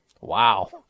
Wow